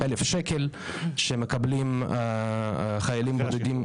1,000 שקל שמקבלים חיילים בודדים.